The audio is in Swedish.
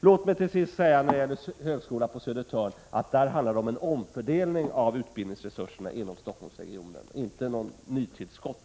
Låt mig till sist angående högskolan på Södertörn säga, att det handlar om en omfördelning av utbildningsresurser inom regionen och inte ett nytillskott.